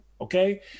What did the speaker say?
okay